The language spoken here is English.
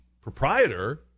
proprietor